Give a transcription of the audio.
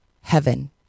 heaven